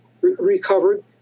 recovered